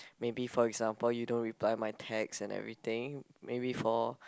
maybe for example you don't reply my text and everything maybe for